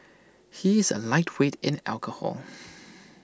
he is A lightweight in alcohol